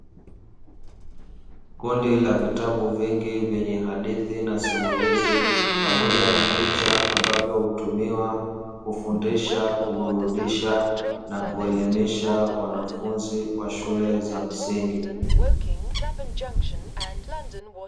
Kundi la vitabu vingi vyenye hadithi na simulizi pamoja na picha, ambavyo hutumiwa kufundisha, kuburudisha na kuelimisha wanafunzi wa shule za msingi.